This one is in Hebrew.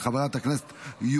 של חברת הכנסת דבי